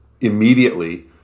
immediately